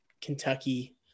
Kentucky